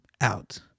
out